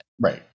Right